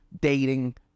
dating